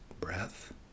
breath